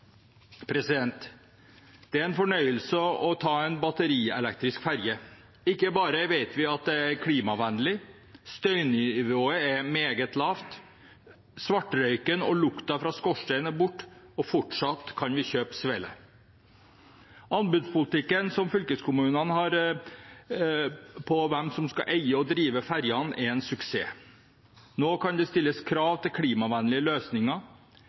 Det er en fornøyelse å ta en batterielektrisk ferge. Ikke bare vet vi at det er klimavennlig, støynivået er også meget lavt. Svartrøyken og lukta fra skorsteinen er borte – og fortsatt kan vi kjøpe svele. Anbudspolitikken som fylkeskommunene har om hvem som skal eie og drive fergene, er en suksess. Nå kan det stilles krav til klimavennlige løsninger.